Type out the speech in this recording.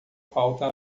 falta